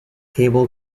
cable